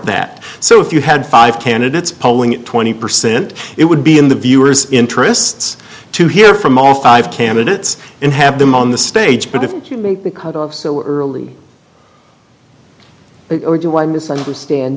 that so if you had five candidates polling at twenty percent it would be in the viewer's interests to hear from all five candidates and have them on the stage but if you make the cutoff so early or do i misunderstand